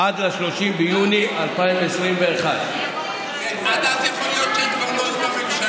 עד ל-30 ביוני 2021. עד אז יכול להיות שהם כבר לא יהיו בממשלה.